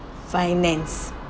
finance